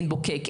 עין בוקק,